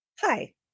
Hi